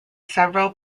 several